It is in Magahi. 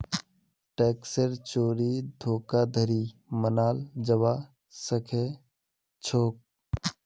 टैक्सेर चोरी धोखाधड़ी मनाल जाबा सखेछोक